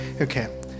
Okay